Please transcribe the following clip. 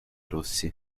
rossi